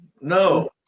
No